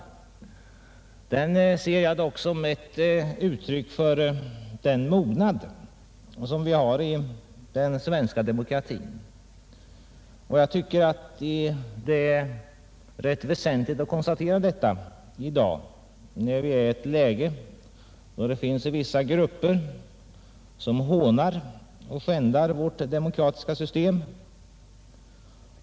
Jag ser emellertid debatten som ett uttryck för den mognad som vi har i den svenska demokratin, och jag tycker att det är rätt väsentligt att konstatera detta i dag när det finns vissa grupper som hånar och skändar vårt demokratiska system.